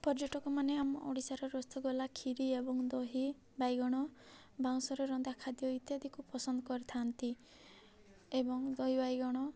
ପର୍ଯ୍ୟଟକମାନେ ଆମ ଓଡ଼ିଶାର ରସଗୋଲା କ୍ଷୀରି ଏବଂ ଦହି ବାଇଗଣ ବାଉଁଶରେ ରନ୍ଧା ଖାଦ୍ୟ ଇତ୍ୟାଦିକୁ ପସନ୍ଦ କରିଥାନ୍ତି ଏବଂ ଦହି ବାଇଗଣ